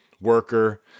worker